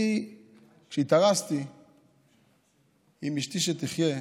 כשהתארסתי לאשתי, שתחיה,